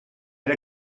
der